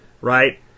right